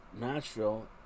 Nashville